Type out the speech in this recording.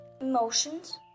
emotions